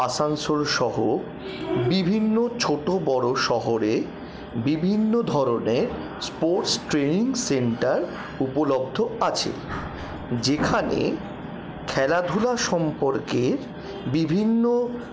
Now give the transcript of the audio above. আসানসোলসহ বিভিন্ন ছোটো বড়ো শহরে বিভিন্ন ধরণের স্পোর্টস ট্রেনিং সেন্টার উপলব্ধ আছে যেখানে খেলাধুলা সম্পর্কে বিভিন্ন